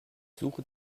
suche